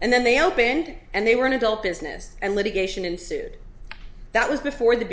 and then they opened and they were in adult business and litigation ensued that was before the